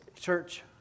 church